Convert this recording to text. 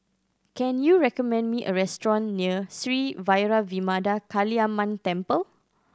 can you recommend me a restaurant near Sri Vairavimada Kaliamman Temple